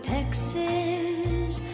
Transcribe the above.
Texas